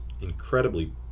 incredibly